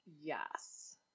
yes